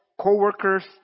co-workers